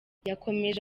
yakomeje